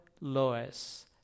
Lois